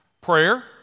Prayer